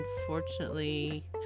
unfortunately